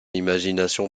imagination